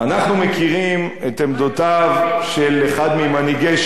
אנחנו מכירים את עמדותיו של אחד ממנהיגי ש"ס,